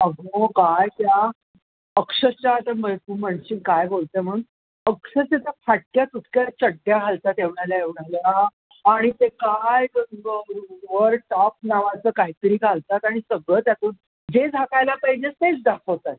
अगं काय त्या अक्षरश त्या तू म्हणशील काय बोलते म्हणून अक्षरश त्या फाटक्या तुटक्या चड्ड्या घालतात एवढ्याल्या एवढ्याल्या आणि ते काय वर टॉप नावाचं काय तरी घालतात आणि सगळं त्यातून जे झाकायला पाहिजे तेच दाखवतात